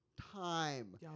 time